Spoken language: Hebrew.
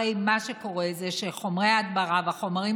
הרי מה שקורה הוא שחומרי ההדברה והחומרים